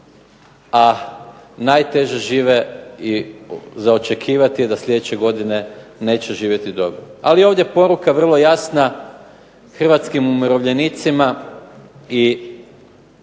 a najteže žive i za očekivati je da sljedeće godine neće živjeti dobro. Ali je ovdje poruka vrlo jasna, hrvatskim umirovljenicima i